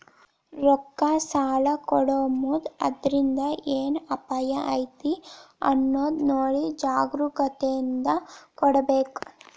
ರೊಕ್ಕಾ ಸಲಾ ಕೊಡೊಮುಂದ್ ಅದ್ರಿಂದ್ ಏನ್ ಅಪಾಯಾ ಐತಿ ಅನ್ನೊದ್ ನೊಡಿ ಜಾಗ್ರೂಕತೇಂದಾ ಕೊಡ್ಬೇಕ್